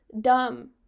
dumb